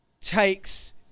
takes